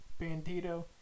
Bandito